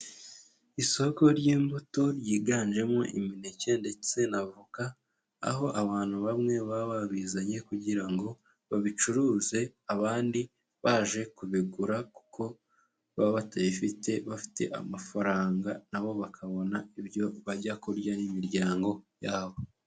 Isoko ry'imbuto ryiganjemo imineke ndetse n'avoka, aho abantu bamwe baba babizanye kugira ngo babicuruze, abandi baje kubigura kuko baba batabifite bafite amafaranga nabo bakabona ibyo bajya kurya n'imiryango yabo.